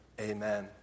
amen